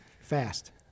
Fast